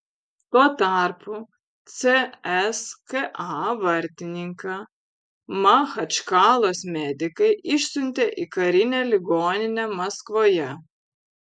tuo tarpu cska vartininką machačkalos medikai išsiuntė į karinę ligoninę maskvoje